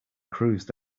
cruised